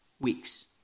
weeks